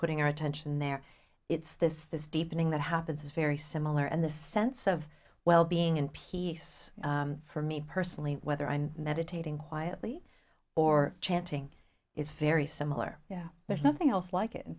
putting our attention there it's this this deepening that happens is very similar and the sense of well being and peace for me personally whether i'm meditating quietly or chanting is very similar yeah there's nothing else like it in